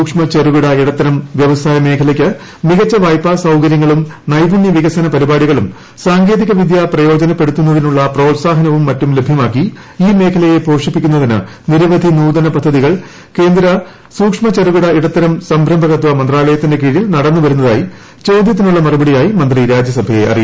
സൂക്ഷ്മ ചെറുകിട ഇടത്തരം വൃവസായ മേഖലയ്ക്ക് മികച്ച വായ്പാ സൌകര്യങ്ങളും നൈപുണ്യ വികസന പരിപാടികളും സാങ്കേതിക വിദ്യ പ്രയോജനപ്പെടുത്തുന്നതിനുള്ള പ്രോത്സാഹനവും മറ്റും ലഭ്യമാക്കി ഈ മേഖലയെ പോഷിപ്പിക്കുന്നതിന് നിരവധി നൂതന പദ്ധതികൾ കേന്ദ്ര സൂക്ഷ്മ ചെറുകിട ഇടത്തരം സംരംഭകത്വ മന്ത്രാലയത്തിന്റെ കീഴിൽ നടന്നു വരുന്നതായി ചോദൃത്തിനുള്ള മറുപടിയായി മന്ത്രി രാജ്യസഭയെ അറിയിച്ചു